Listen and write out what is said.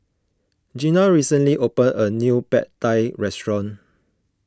Jeanna recently opened a new Pad Thai restaurant